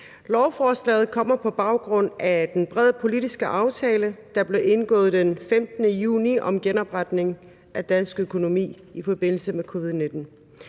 Lovforslaget kommer på baggrund af den brede politiske aftale, der blev indgået den 15. juni om genopretning af dansk økonomi i forbindelse med covid-19.